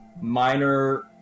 minor